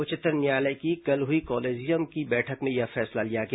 उच्चतम न्यायालय के कल हई कॉलेजियम की बैठक में यह फैसला लिया गया